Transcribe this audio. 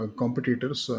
competitors